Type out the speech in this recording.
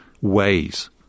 ways